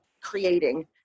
creating